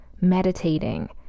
meditating